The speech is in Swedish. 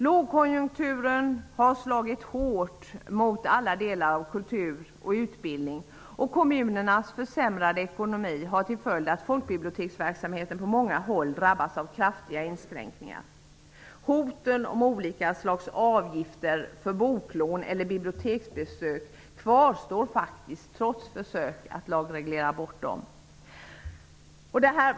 Lågkonjunkturen har slagit hårt mot alla delar av kultur och utbildningsområdet, och kommunernas försämrade ekonomi har till följd att folkbiblioteksverksamheten på många håll har drabbats av kraftiga inskränkningar. Hoten om olika slags avgifter för boklån eller biblioteksbesök kvarstår faktiskt, trots försök att lagreglera bort dem.